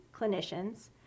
clinicians